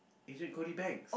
Agent-Cody-Banks